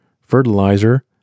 fertilizer